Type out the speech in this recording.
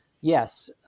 Yes